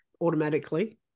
automatically